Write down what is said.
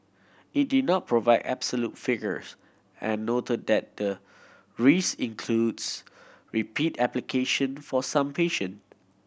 it did not provide absolute figures and noted that the rise includes repeat application for some patient